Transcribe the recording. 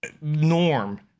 Norm